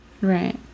Right